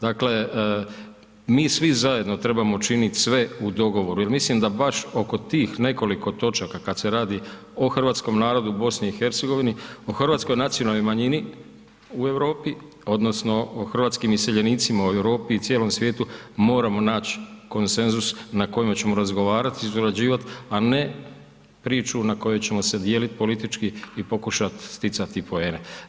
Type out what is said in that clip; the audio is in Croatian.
Dakle, mi svi zajedno trebamo činiti sve u dogovoru jer mislim da baš oko tih nekoliko točaka, kad se radi o hrvatskom narodu u BiH, o hrvatskoj nacionalnoj manjini u Europi odnosno o hrvatskim iseljenicima u Europi i cijelom svijetu, moramo naći konsenzus na kojima ćemo razgovarati i surađivati, a ne priču na koju ćemo se dijeliti politički i pokušati sticati poene.